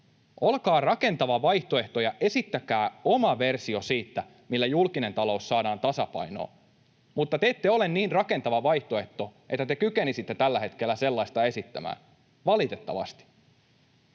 Olkaa rakentava vaihtoehto ja esittäkää oma versio siitä, millä julkinen talous saadaan tasapainoon. Mutta te ette ole niin rakentava vaihtoehto, että te kykenisitte tällä hetkellä sellaista esittämään, valitettavasti.